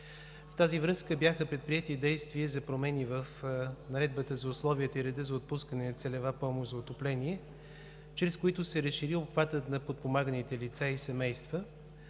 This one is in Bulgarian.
В тази връзка бяха предприети действия за промени в Наредбата за условията и реда за отпускане на целева помощ за отопление, чрез които се разшири обхватът на подпомаганите лица и семейства,